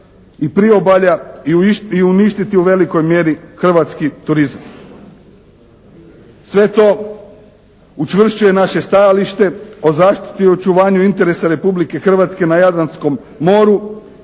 Sve to učvršćuje naše stajalište o zaštiti i očuvanju interesa Republike Hrvatske na Jadranskom moru